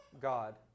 God